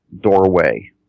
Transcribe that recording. doorway